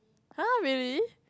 [huh] really